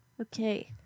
Okay